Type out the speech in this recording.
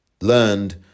learned